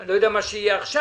לא יודע מה יהיה עכשיו